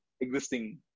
existing